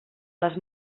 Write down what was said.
les